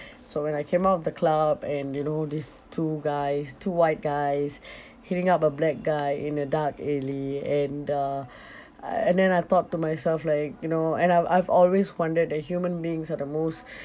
so when I came out of the club and you know these two guys two white guys hitting up a black guy in a dark alley and uh uh and then I thought to myself like you know and I've I've always wondered that human beings are the most